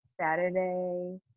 Saturday